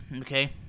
okay